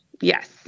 yes